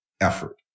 effort